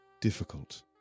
difficult